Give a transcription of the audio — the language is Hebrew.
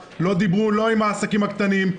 לא דיברו לא עם העסקים הקטנים,